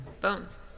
Bones